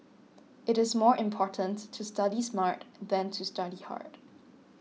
it is more important to study smart than to study hard